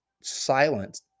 silence